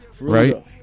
Right